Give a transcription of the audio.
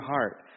heart